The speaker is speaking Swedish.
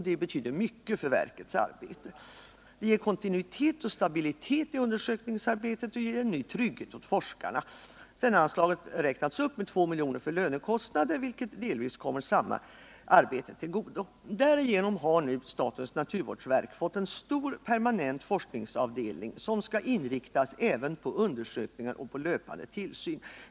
Detta betyder mycket för verkets arbete. Det ger kontinuitet och stabilitet i undersökningsarbetet, och det ger en ny trygghet åt forskarna. Sedan har anslaget också räknats upp med 2 milj.kr. för lönekostnader, vilket delvis kommer samma arbete till godo. Därigenom har nu statens naturvårdsverk fått en stor permanent forskningsavdelning, som skall inriktas även på undersökningar och löpande tillsyn.